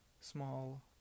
small